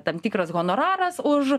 tam tikras honoraras už